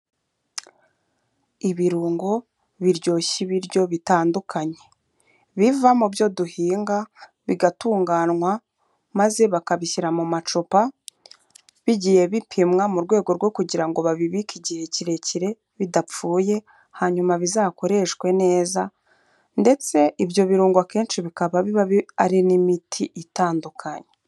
Ibirungo biryoshya ibiryo bitandukanye. Biva mu byo duhinga, bigatunganywa maze bakabishyira mu macupa bigiye bipimwa mu rwego rwo kugira ngo babibike igihe kirekire bidapfuye, hanyuma bizakoreshwe neza ndetse ibyo birungo akenshi bikaba biba bi ari n'imiti itandukanye.